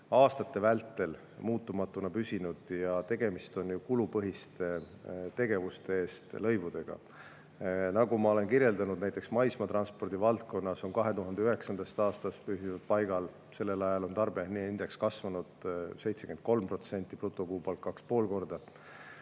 aastate vältel muutumatuna püsinud ja tegemist on ju kulupõhiste tegevuste eest lõivudega. Nagu ma olen kirjeldanud, näiteks maismaatranspordi valdkonnas on need 2009. aastast püsinud paigal. Sellel ajal on tarbijahinnaindeks kasvanud 73%, brutokuupalk 2,5 korda.